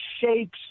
shapes